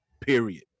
period